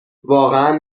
واقعا